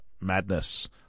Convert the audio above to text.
Madness